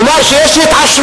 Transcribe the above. כלומר, יש שהתעשרו.